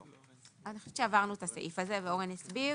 אני חושבת שעברנו את הסעיף הזה ואורן הסביר